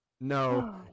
No